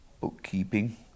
bookkeeping